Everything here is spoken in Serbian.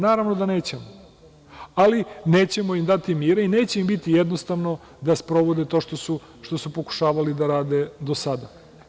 Naravno da nećemo, ali nećemo im dati mira i neće im biti jednostavno da sprovode to što su pokušavali da rade do sada.